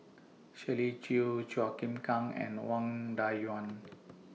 Shirley Chew Chua Chim Kang and Wang Dayuan